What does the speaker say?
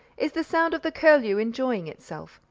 is the sound of the curlew enjoying itself.